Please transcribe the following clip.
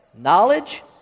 Knowledge